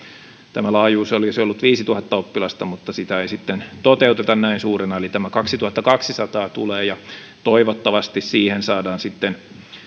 laajuus olisi ollut viisituhatta oppilasta mutta sitä ei sitten toteuteta näin suurena eli tämä kaksituhattakaksisataa tulee ja toivottavasti siihen saadaan sitten